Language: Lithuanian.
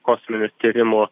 kosminių tyrimų